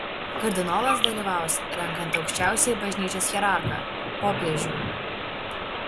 kardinolas dalyvaus renkant aukščiausiąjį bažnyčios hierarchą popiežių